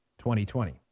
2020